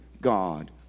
God